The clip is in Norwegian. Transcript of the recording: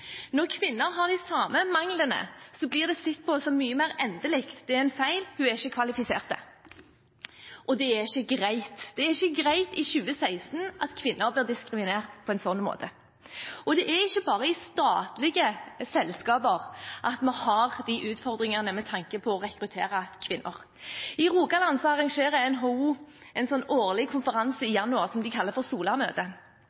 Når kvinner har de samme manglene, blir det sett på som mye mer endelig – det er en feil, hun er ikke kvalifisert. Det er ikke greit – det er ikke greit i 2016 at kvinner blir diskriminert på en slik måte. Det er ikke bare i statlige selskaper at vi har de utfordringene med tanke på å rekruttere kvinner. I Rogaland arrangerer NHO en årlig konferanse i